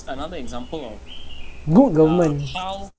another example of good government